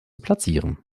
platzieren